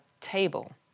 table